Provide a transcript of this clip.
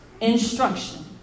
instruction